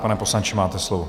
Pane poslanče, máte slovo.